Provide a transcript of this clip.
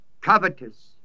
Covetous